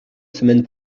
semaine